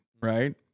right